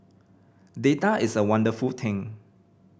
data is a wonderful thing